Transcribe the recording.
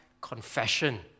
confession